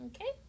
Okay